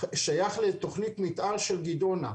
שייך לתכנית מתאר של גדעונה,